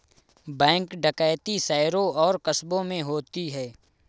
bank डकैती शहरों और कस्बों में होती है